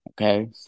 okay